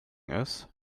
ist